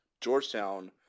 Georgetown